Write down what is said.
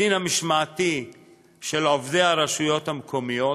הדין המשמעתי של עובדי הרשויות המקומיות,